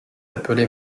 appelé